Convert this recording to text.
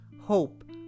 hope